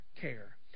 care